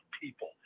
people